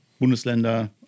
bundesländer